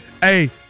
Hey